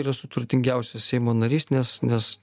ir esu turtingiausias seimo narys nes nes